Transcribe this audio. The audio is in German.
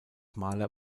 maler